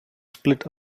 split